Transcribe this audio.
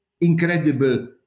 incredible